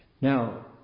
Now